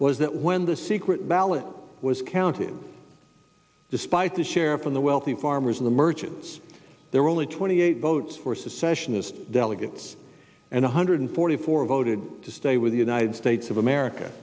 was that when the secret ballot was counted despite the sheriff from the wealthy farmers of the merchants there were only twenty eight votes for secessionist delegates and one hundred forty four voted to stay with the united states of america